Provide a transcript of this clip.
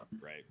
Right